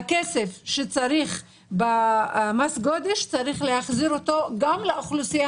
את הכסף ממס הגודש צריך להחזיר גם לאוכלוסייה